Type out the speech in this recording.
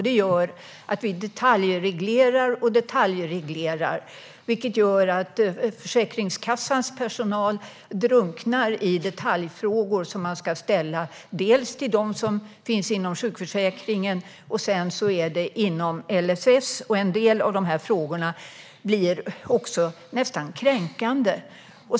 Det gör att vi detaljreglerar och detaljreglerar, vilket gör att Försäkringskassans personal drunknar i detaljfrågor som man ska ställa dels till dem i sjukförsäkringen, dels till dem i LSS. En del av dessa frågor blir nästan kränkande.